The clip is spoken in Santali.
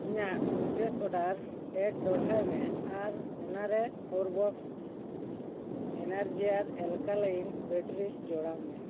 ᱤᱧᱟᱜ ᱢᱩᱪᱟ ᱫ ᱚᱨᱰᱟᱨ ᱴᱮᱜᱽ ᱫᱚᱲᱦᱟᱭ ᱢᱮ ᱟᱨ ᱚᱱᱟᱨᱮ ᱯᱷᱳᱨ ᱵᱚᱠᱥ ᱮᱱᱟᱨᱡᱤᱭᱟᱨ ᱮᱞᱠᱟᱞᱟ ᱭᱤᱱ ᱵᱮᱴᱨᱤᱥ ᱡᱚᱲᱟᱣ ᱢᱮ